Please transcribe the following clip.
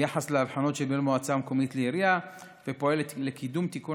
ביחס להבחנות שבין מועצה מקומית לעירייה ופועל לקידום תיקון